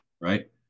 right